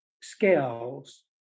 scales